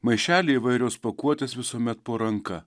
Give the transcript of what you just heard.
maišeliai įvairios pakuotės visuomet po ranka